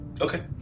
Okay